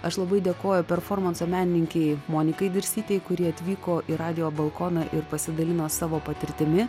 aš labai dėkoju performanso menininkei monikai dirsytei kuri atvyko į radijo balkoną ir pasidalino savo patirtimi